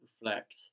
reflect